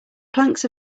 planks